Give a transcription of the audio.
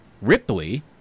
Ripley